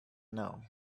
know